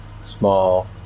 small